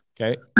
Okay